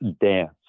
dance